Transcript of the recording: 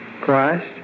Christ